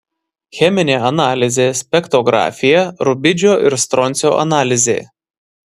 cheminė analizė spektrografija rubidžio ir stroncio analizė